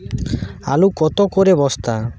আলু কত করে বস্তা?